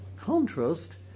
contrast